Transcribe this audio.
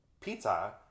pizza